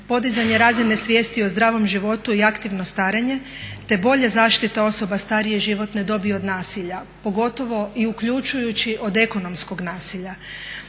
podizanje razine svijesti o zdravom životu i aktivno starenje te bolje zaštite osoba starije životne dobi od nasilja, pogotovo i uključujući od ekonomskog nasilja